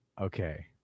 Okay